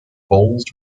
bowles